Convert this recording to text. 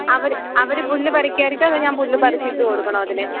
അവർ അവർ പുല്ല് പറിക്കുമായിരിക്കുമോ അതോ ഞാൻ പുല്ല് പറിച്ചിട്ട് കൊടുക്കണോ അതിന്